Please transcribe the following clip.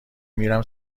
میرم